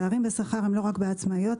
הפערים בשכר הם לא רק אצל עצמאיות,